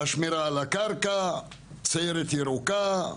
"השמירה על הקרקע", "סיירת ירוקה",